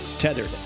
Tethered